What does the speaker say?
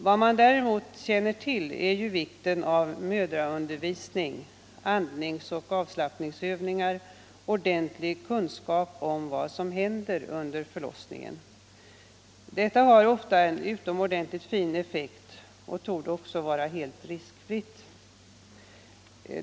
Vad man däremot känner till är ju vikten av mödraundervisning — andningsoch avslappningsövningar samt ordentlig kunskap om vad som händer under förlossningen. Sådan undervisning har ofta en utomordentligt fin effekt och torde också vara helt riskfri.